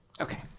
Okay